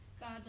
God